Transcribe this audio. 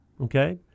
okay